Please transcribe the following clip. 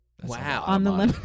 wow